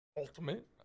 ultimate